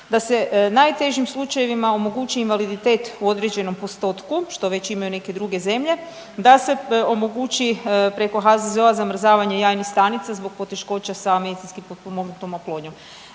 da se najtežim slučajevima omogući invaliditet u određenom postotku, što već imaju neke druge zemlje, da se omogući preko HZZO-a zamrzavanje javnih stanica zbog poteškoća sa medicinski potpomognutom oplodnjom.